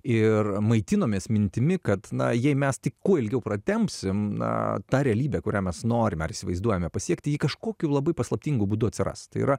ir maitinomės mintimi kad na jei mes tik kuo ilgiau pratempsim na taita realybė kurią mes norime ar įsivaizduojame pasiekti ji kažkokiu labai paslaptingu būdu atsiras yra